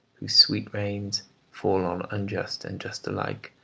whose sweet rains fall on unjust and just alike,